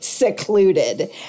Secluded